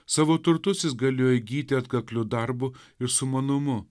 savo turtus jis galėjo įgyti atkakliu darbu ir sumanumu